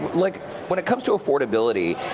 like when it comes to affordability,